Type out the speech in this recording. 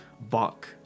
Buck